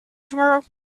tomorrow